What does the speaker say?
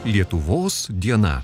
lietuvos diena